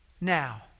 now